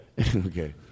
Okay